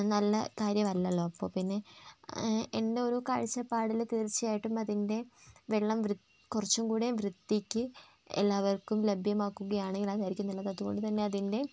നല്ല കാര്യമല്ലല്ലോ അപ്പോൾ പിന്നെ എൻ്റെ ഒരു കാഴ്ചപ്പാടിൽ തീർച്ചയായിട്ടും അതിൻ്റെ വെള്ളം വൃ കുറച്ചും കൂടെ വൃത്തിക്ക് എല്ലാവർക്കും ലഭ്യമാക്കുകയാണെങ്കിൽ അതായിരിക്കും നല്ലത് അതുകൊണ്ടുതന്നെ അതിൻ്റെ